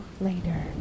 later